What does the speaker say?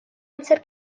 amser